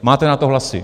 Máte na to hlasy.